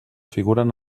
figuren